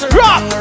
rock